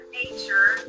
nature